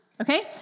okay